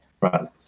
Right